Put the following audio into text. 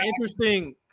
interesting